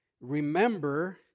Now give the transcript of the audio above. remember